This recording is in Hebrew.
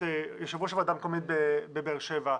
יושב-ראש הוועדה המקומית בבאר שבע,